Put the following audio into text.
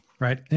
Right